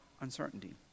uncertainty